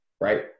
right